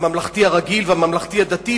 הממלכתי הרגיל והממלכתי-הדתי,